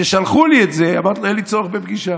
כששלחו לי את זה, אמרתי: אין לי צורך בפגישה.